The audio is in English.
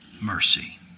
mercy